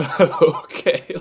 okay